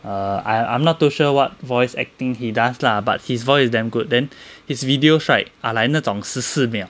err I I'm not too sure what voice acting he does lah but his voice is damn good then his videos right are like 那种十四秒